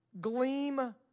gleam